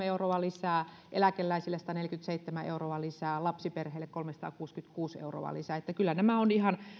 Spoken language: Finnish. euroa lisää eläkeläisille sataneljäkymmentäseitsemän euroa lisää lapsiperheille kolmesataakuusikymmentäkuusi euroa lisää että kyllä nämä ovat ihan